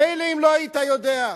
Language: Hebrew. מילא אם לא היית יודע,